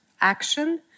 action